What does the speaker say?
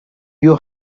you